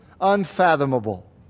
unfathomable